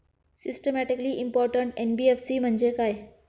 Systematically important NBFC म्हणजे काय?